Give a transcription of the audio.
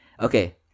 Okay